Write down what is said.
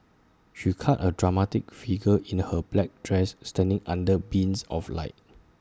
she cut A dramatic figure in her black dress standing under beams of light